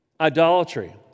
Idolatry